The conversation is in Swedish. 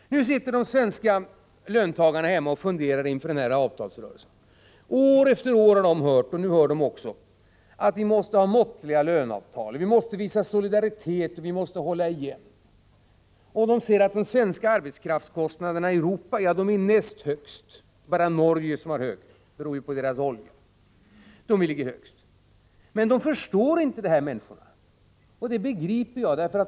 Nu sitter de svenska löntagarna hemma och funderar inför avtalsrörelsen. År efter år har de hört — och så även i år — att vi måste ha måttliga löneavtal, vi måste visa solidaritet och vi måste hålla igen. De ser att de svenska arbetskraftskostnaderna är näst högst i Europa — bara Norge har högre arbetskraftskostnader, beroende på sin olja. Människorna förstår inte det här, och det begriper jag.